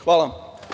Hvala.